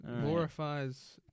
Glorifies